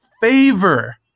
favor